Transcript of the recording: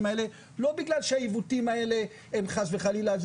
האלה לא בגלל שהעיוותים האלה הם חס וחלילה,